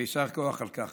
ויישר כוח על כך.